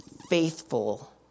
faithful